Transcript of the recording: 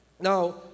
Now